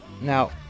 now